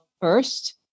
first